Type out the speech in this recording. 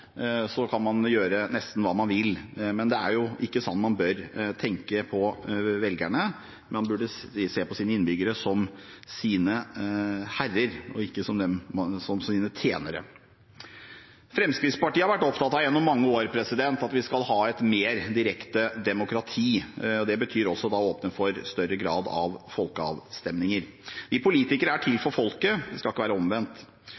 kan man gjøre nesten hva man vil. Det er ikke sånn man bør tenke på velgerne. Man burde se på innbyggere som sine herrer og ikke som sine tjenere. Fremskrittspartiet har gjennom mange år vært opptatt av at vi skal ha et mer direkte demokrati. Det betyr også å åpne for større grad av folkeavstemninger. Vi politikere er til for folket. Det skal ikke være omvendt,